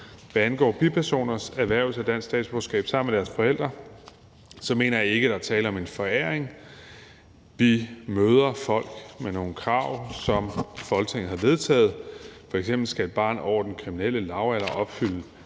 Hvad angår bipersoners erhvervelse af dansk statsborgerskab sammen med deres forældre, mener jeg ikke, at der er tale om en foræring. Vi møder folk med nogle krav, som Folketinget har vedtaget. F.eks. skal et barn over den kriminelle lavalder opfylde